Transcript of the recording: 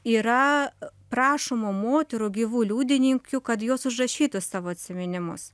yra prašoma moterų gyvų liudininkių kad jos užrašytų savo atsiminimus